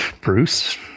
Bruce